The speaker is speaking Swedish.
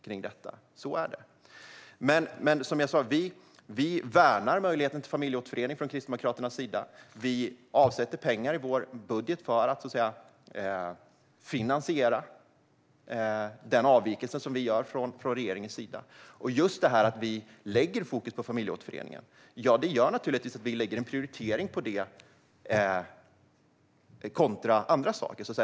Kristdemokraterna värnar möjligheten till familjeåterförening. Vi avsätter pengar i vår budget för att finansiera den avvikelse vi gör från regeringen. Just det att vi sätter fokus på familjeåterföreningen gör att vi prioriterar det före annat.